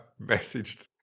messaged